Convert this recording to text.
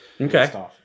Okay